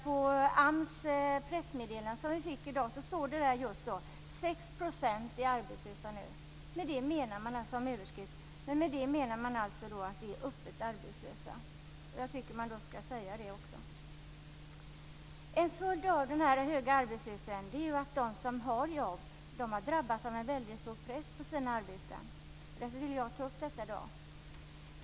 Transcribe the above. I ett pressmedelande från AMS som kom i dag står det att 6 % är arbetslösa nu. Det är överskriften. Med det menar man öppet arbetslösa. Då tycker jag att man skall säga det också. En följd av den höga arbetslösheten är att de som har jobb har drabbats av en väldigt stor press på sina arbeten. Därför vill jag ta upp detta i dag.